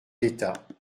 d’état